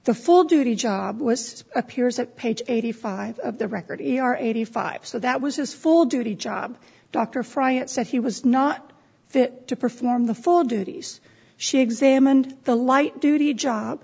the full duty job was appears at page eighty five of the record a r eighty five so that was his full duty job dr frye it said he was not fit to perform the full duties she examined the light duty job